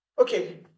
Okay